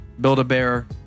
Build-A-Bear